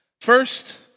First